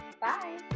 Bye